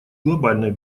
глобальной